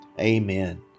Amen